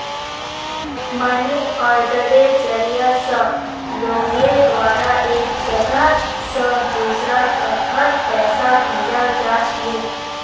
money आर्डरेर जरिया स लोगेर द्वारा एक जगह स दूसरा जगहत पैसा भेजाल जा छिले